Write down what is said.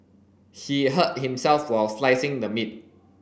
he hurt himself while slicing the meat